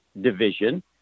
division